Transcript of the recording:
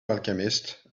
alchemists